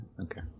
Okay